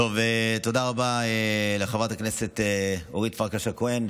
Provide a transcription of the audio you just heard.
תודה רבה לחברת הכנסת אורית פרקש הכהן,